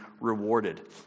rewarded